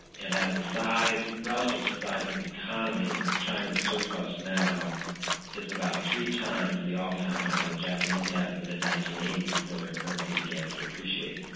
and as the size, relative to the size of its economy, china's surplus now is about three times the all-time high the japanese had in the mid nineteen eighty s before their currency began to appreciate.